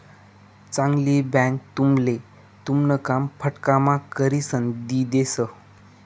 चांगली बँक तुमले तुमन काम फटकाम्हा करिसन दी देस